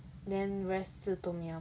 then rest 是 tom yum